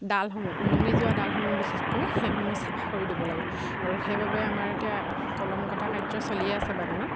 ডালসমূহ ওলমি যোৱা ডালসমূহ বিশেষকৈ সেইসমূহ চাফা কৰি দিব লাগে আৰু সেইবাবে আমাৰ এতিয়া কলম কটা কাৰ্য্য় চলিয়ে আছে বাগানত